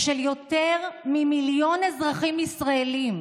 של יותר ממיליון אזרחים ישראלים,